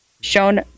shown